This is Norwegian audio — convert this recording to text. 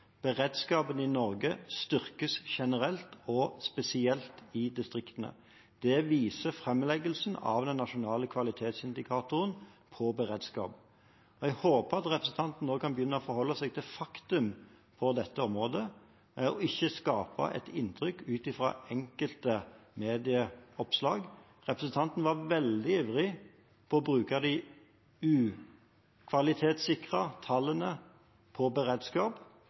Beredskapen i Norge styrkes generelt, og spesielt i distriktene. Det viser framleggelsen av den nasjonale kvalitetsindikatoren på beredskap. Jeg håper at representanten nå kan begynne å forholde seg til fakta på dette området, ikke skape et inntrykk ut fra enkelte medieoppslag. Representanten var veldig ivrig etter å bruke de ikke-kvalitetssikrede tallene for beredskap,